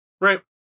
Right